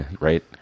Right